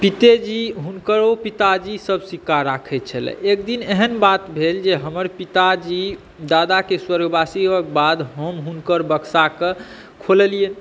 पितेजी हुनकरो पिताजीसभ सिक्का राखैत छलै एक दिन एहन बात भेल जे हमर पिताजी दादाके स्वर्गवासी होबयक बाद हम हुनकर बक्साक खोललियै